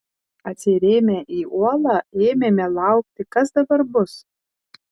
atsirėmę į uolą ėmėme laukti kas dabar bus